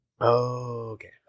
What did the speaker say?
okay